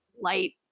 light